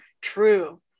true